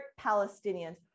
Palestinians